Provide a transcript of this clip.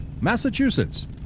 Massachusetts